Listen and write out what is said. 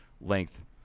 length